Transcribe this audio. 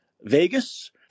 Vegas